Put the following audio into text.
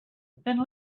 then